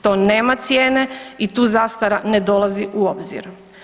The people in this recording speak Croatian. To nema cijene i tu zastara ne dolazi u obzir.